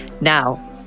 Now